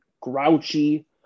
grouchy